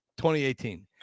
2018